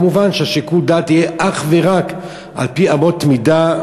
וכמובן שיקול הדעת יהיה אך ורק על-פי אמות מידה,